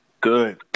good